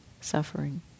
suffering